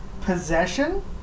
Possession